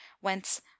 whence